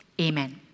Amen